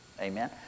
Amen